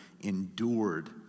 endured